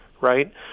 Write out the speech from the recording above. right